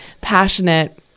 passionate